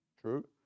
true